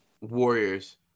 Warriors